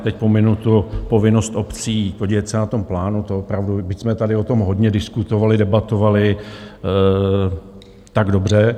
Teď pominu povinnost obcí podílet se na tom plánu, to opravdu, byť jsme tady o tom hodně diskutovali, debatovali tak dobře.